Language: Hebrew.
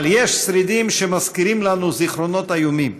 אבל יש שרידים שמזכירים לנו זיכרונות איומים,